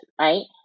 right